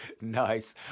Nice